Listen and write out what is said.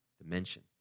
dimension